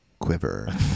quiver